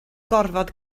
gorfod